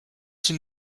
une